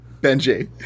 Benji